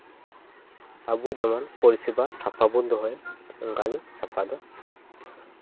ᱟᱵᱚ ᱡᱮᱢᱚᱱ ᱯᱚᱨᱤᱥᱮᱵᱟ ᱥᱟᱯᱷᱟ ᱵᱚᱱ ᱫᱚᱦᱚᱭ ᱚᱱᱠᱟᱜᱮ ᱥᱟᱯᱷᱟ ᱫᱚ